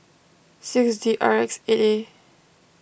six D R X eight A